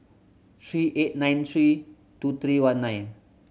three eight nine three two three one nine